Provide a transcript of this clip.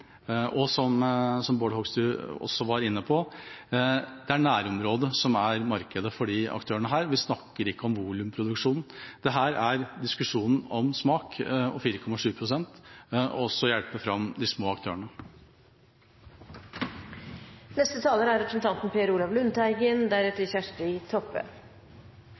og representanten Bård Hoksrud var inne på her, er det nærområdene som er markedet for disse aktørene. Vi snakker ikke om volumproduksjon. Dette er en diskusjon om smak, om 4,7 pst. og om å hjelpe fram de små aktørene. Senterpartiet er